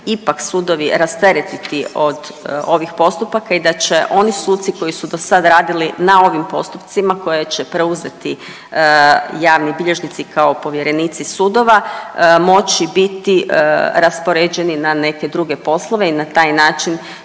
ipak sudovi rasteretiti od ovih postupaka i da će oni suci koji su dosad radili na ovim postupcima koje će preuzeti javni bilježnici kao povjerenici sudova moći biti raspoređeni na neke druge poslove i na taj način